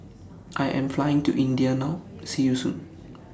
I Am Flying to India now See YOU Soon